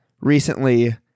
recently